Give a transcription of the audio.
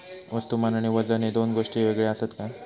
वस्तुमान आणि वजन हे दोन गोष्टी वेगळे आसत काय?